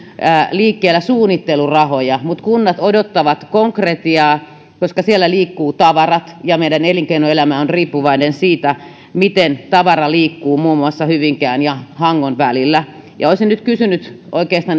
liikkeellä suunnittelurahoja mutta kunnat odottavat konkretiaa koska siellä liikkuu tavarat ja meidän elinkeinoelämä on riippuvainen siitä miten tavara liikkuu muun muassa hyvinkään ja hangon välillä olisin nyt oikeastaan kysynyt